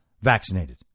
vaccinated